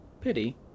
Pity